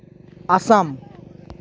Assam